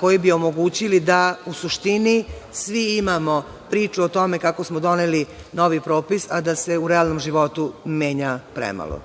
koji bi omogućili da u suštini svi imamo priču o tome kako smo doneli novi propis, a da se u realnom životu menja premalo.